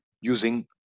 using